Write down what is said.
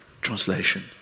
translation